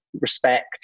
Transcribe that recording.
respect